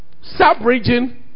sub-region